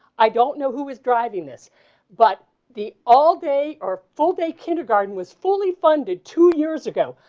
i don't know who is driving this but the all day or full day kindergarten was fully funded. two years ago.